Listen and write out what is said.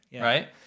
Right